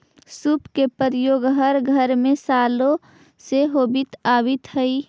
सूप के प्रयोग हर घर में सालो से होवित आवित हई